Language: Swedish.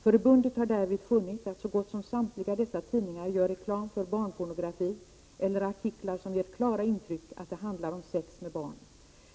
Förbundet har därvid funnit att så gott som samtliga dessa tidningar gör reklam för barnpornografi — eller artiklar som ger klara intryck att det handlar om sex med barn.